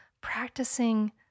practicing